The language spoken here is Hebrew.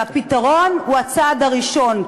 והפתרון הוא הצעד הראשון,